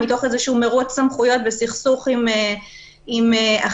מתוך מרוץ סמכויות וסכסוך עם אחים,